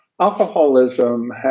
alcoholism